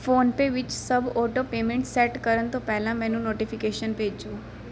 PhonePe ਵਿੱਚ ਸਭ auto payments set ਕਰਨ ਤੋਂ ਪਹਿਲਾਂ ਮੈਨੂੰ ਨੋਟੀਫਿਕੇਸ਼ਨ ਭੇਜੋ